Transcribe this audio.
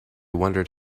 wondered